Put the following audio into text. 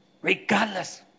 regardless